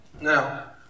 Now